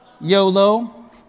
YOLO